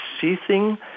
ceasing